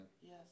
Yes